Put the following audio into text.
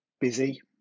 busy